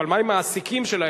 אבל מה עם המעסיקים שלהם,